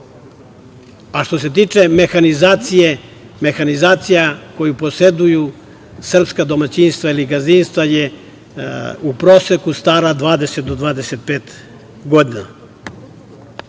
Što se tiče mehanizacije, mehanizacija koju poseduju srpska domaćinstva ili gazdinstva je u proseku stara 20 do 25 godina. Bez